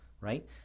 right